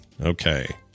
Okay